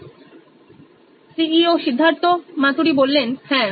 Siddharth Maturi CEO nine electronics হ্যাঁ